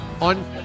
on